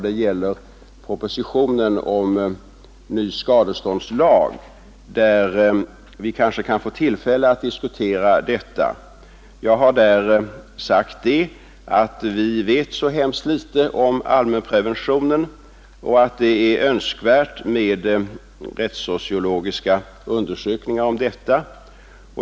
Det gäller propositionen om ny skadeståndslag, där vi kanske kan få tillfälle att diskutera detta. Jag har sagt att vi vet ytterst litet om allmänpreventionen och att det är önskvärt med rättssociologiska undersökningar om detta.